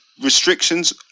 restrictions